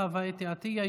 חוה אתי עטייה,